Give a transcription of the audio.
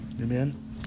amen